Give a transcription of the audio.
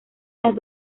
las